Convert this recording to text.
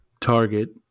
Target